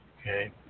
Okay